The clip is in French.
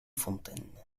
fontaines